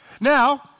now